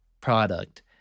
product